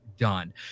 done